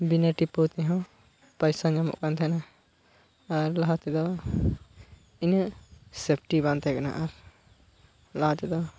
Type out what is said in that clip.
ᱵᱤᱱᱟᱹ ᱴᱤᱯᱟᱹᱣ ᱛᱮᱦᱚᱸ ᱯᱚᱭᱥᱟ ᱧᱟᱢᱚᱜ ᱠᱟᱱ ᱛᱟᱦᱮᱱᱟ ᱟᱨ ᱞᱟᱦᱟ ᱛᱮᱫᱚ ᱩᱱᱟᱹᱜ ᱥᱮᱯᱴᱤ ᱵᱟᱝ ᱛᱟᱦᱮᱸ ᱠᱟᱱᱟ ᱟᱨ ᱞᱟᱦᱟ ᱛᱮᱫᱚ